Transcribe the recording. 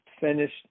finished